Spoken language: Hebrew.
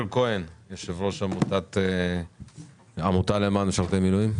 אופיר כהן, יו"ר העמותה למען משרתי מילואים.